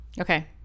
Okay